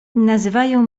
nazywają